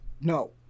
no